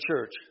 church